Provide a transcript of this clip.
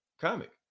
comic